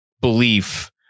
belief